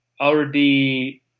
already